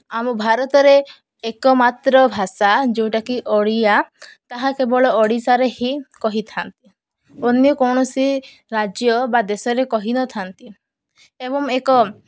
ଆମ ଭାରତରେ ଏକମାତ୍ର ଭାଷା ଯେଉଁଟାକି ଓଡ଼ିଆ ତାହା କେବଳ ଓଡ଼ିଶାରେ ହିଁ କହିଥାନ୍ତି ଅନ୍ୟ କୌଣସି ରାଜ୍ୟ ବା ଦେଶରେ କହିନଥାନ୍ତି ଏବଂ ଏକ